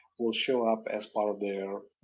will show up as part of their